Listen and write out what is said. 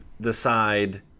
decide –